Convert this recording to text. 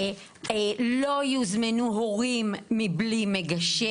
לא יוזמנו הורים מבלי מגשר.